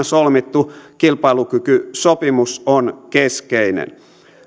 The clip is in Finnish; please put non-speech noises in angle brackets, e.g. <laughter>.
<unintelligible> solmittu kilpailukykysopimus on keskeinen